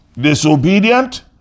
disobedient